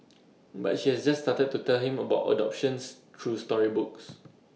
but she has just started to tell him about adoptions through storybooks